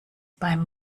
beim